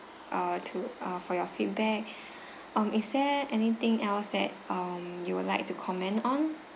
uh to uh for your feedback um is there anything else that um you would like to comment on